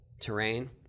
terrain